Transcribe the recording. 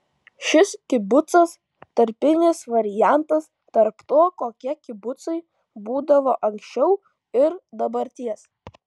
šis kibucas tarpinis variantas tarp to kokie kibucai būdavo anksčiau ir dabarties